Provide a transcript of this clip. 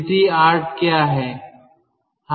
स्थिति 8 क्या है